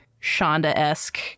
Shonda-esque